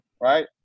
right